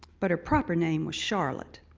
but her proper name was charlotte.